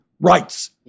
rights